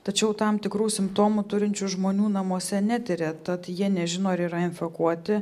tačiau tam tikrų simptomų turinčių žmonių namuose netiria tad jie nežino ar yra infekuoti